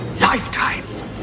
Lifetimes